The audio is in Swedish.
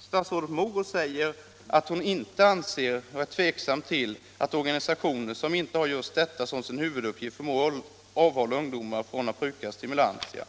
stadsrådet Mogård säger först att hon är tveksam när det gäller bidrag till organisationer som inte har som sin huvuduppgift att avhålla ungdomar från att bruka stimulantia.